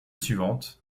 suivante